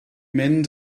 mynd